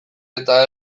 eta